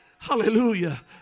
Hallelujah